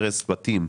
הרס בתים,